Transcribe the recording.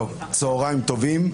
צוהריים טובים,